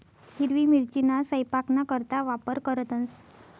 हिरवी मिरचीना सयपाकना करता वापर करतंस